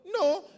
No